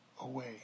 away